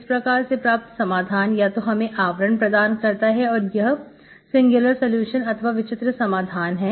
इस प्रकार से प्राप्त समाधान या तो हमें आवरण प्रदान करता है और यह सिंगुलर सलूशन अथवा विचित्र समाधान है